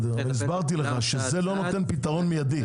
הסברתי לך , זה לא נותן פתרון מידיי.